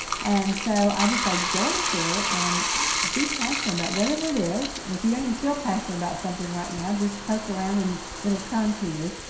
and so i say go out there and be passionate about whatever it is. and if you don't and feel passionate about something right now just poke around and it will come to you.